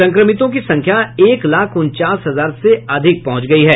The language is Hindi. संक्रमितों की संख्या एक लाख उनचास हजार से अधिक पहुंच गयी है